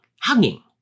Hugging